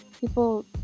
people